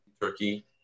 Turkey